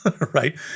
right